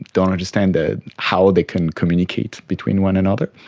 don't understand ah how they can communicate between one another.